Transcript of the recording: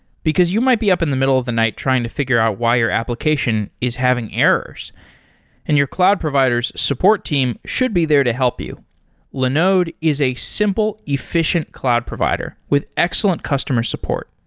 because you might be up in the middle of the night trying to figure out why your application is having errors and your cloud providers support team should be there to help you linode is a simple, efficient cloud provider with excellent customer support.